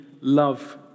love